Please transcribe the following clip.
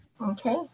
Okay